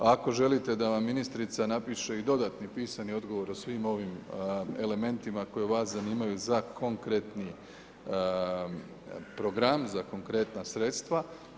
Ako želite da vam ministrica napiše i dodatni pisani odgovor o svim ovim elementima koji vas zanimaju za konkretni program, za konkretna sredstva.